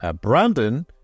Brandon